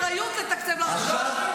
אחריות לתקצב לרשויות.